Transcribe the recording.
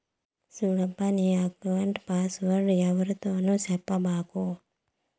సూడప్పా, నీ ఎక్కౌంట్ల పాస్వర్డ్ ఎవ్వరితోనూ సెప్పబాకు